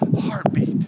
heartbeat